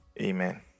Amen